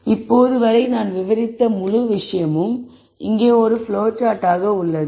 எனவே இப்போது வரை நாம் விவரித்த முழு விஷயமும் இங்கே ஒரு ப்ளோ சார்ட் ஆக உள்ளது